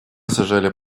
сажали